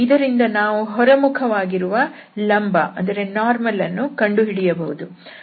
ಇದರಿಂದ ನಾವು ಹೊರ ಮುಖವಾಗಿರುವ ಲಂಬ ವನ್ನು ಕಂಡುಹಿಡಿಯಬಹುದು